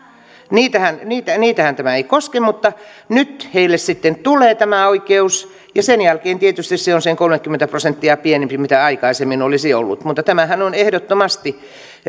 heitähän tämä ei koske mutta nyt heille sitten tulee tämä oikeus sen jälkeen tietysti se on sen kolmekymmentä prosenttia pienempi mitä aikaisemmin olisi ollut mutta tämähän on ehdottomasti